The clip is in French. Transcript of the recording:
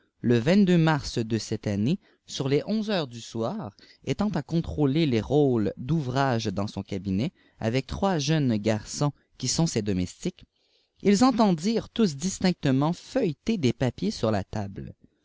le mars de cette année sur les onze heures du soir étant à contrôler des rôles d'ouvrages dans son cabinet avec trois jeunes garçons qui sont ses domestiques ils entendirent tous distinctement feuilleter des papiers sur la table